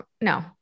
no